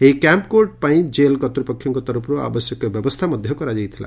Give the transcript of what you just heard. ଏହି camp court ପାଇଁ jail କର୍ଭ୍ରପକ୍ଷଙ୍କ ତରଫରୁ ଆବଶ୍ୟକୀୟ ବ୍ୟବସ୍କା କରାଯାଇଥିଲା